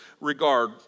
regard